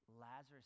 Lazarus